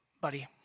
buddy